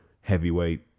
heavyweight